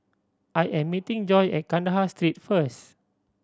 I am meeting Joy at Kandahar Street first